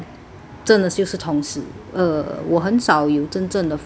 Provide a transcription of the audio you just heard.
真的就是同事 uh 我很少有真正的 friend lah